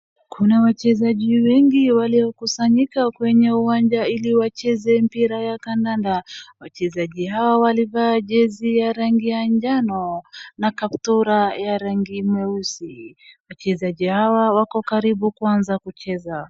Kuna wachezaji wengi waliokusanyika kwenye uwanja ili wacheze mpira ya kandanda. Wachezaji hawa walivaa jezi ya rangi ya jano na kaptura ya rangi meusi. Wachezaji hawa wako karibu kuanza kucheza.